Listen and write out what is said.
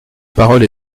parole